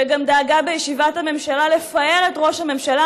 שגם דאגה בישיבת הממשלה לפאר את ראש הממשלה